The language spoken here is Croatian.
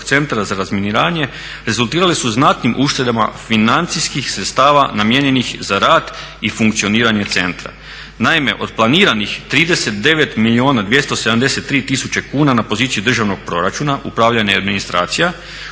centra za razminiravanje rezultirale su znatnim uštedama financijskih sredstava namijenjenih za rad i funkcioniranje centra. Naime, od planiranih 39 milijuna 273 tisuće kuna na poziciji državnog proračuna, upravljanje i administracija,